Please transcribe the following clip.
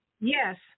Yes